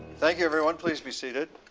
thank you, everyone. please be seated.